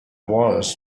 was